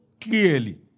clearly